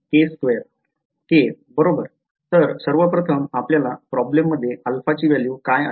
k बरोबर तर सर्व प्रथम आपल्या प्रॉब्लेममध्ये α ची value काय आहे